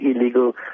illegal